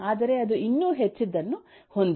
ಆದರೆ ಅದು ಇನ್ನೂ ಹೆಚ್ಚಿನದನ್ನು ಹೊಂದಿದೆ